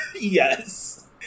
Yes